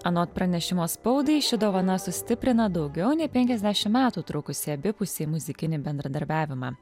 anot pranešimo spaudai ši dovana sustiprina daugiau nei penkiasdešim metų trukusį abipusį muzikinį bendradarbiavimą